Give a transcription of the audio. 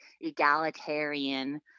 egalitarian